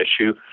issue